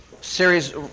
series